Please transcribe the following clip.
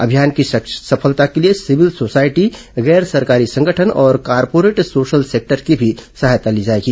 अभियान की सफलता के लिए सिविल सोसायटी गैर सरकारी संगठन और कार्पोरेट सोशल सेक्टर की सहायता भी ली जाएगी